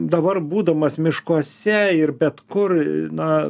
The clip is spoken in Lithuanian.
dabar būdamas miškuose ir bet kur na